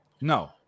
No